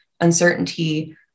uncertainty